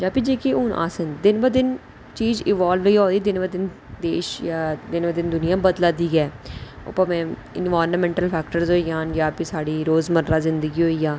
ते जेह्की हून दिन ब दिन चीज इवालव एह् होआ दी दिन ब दिन देश जा दिन ब दिन दुनिया बदला दी ऐ भामें इनवायरनमैंटल फैक्टर होई जा न जां फ्ही साढ़ी रोज़ मर्रा दी जिंदगी होई जा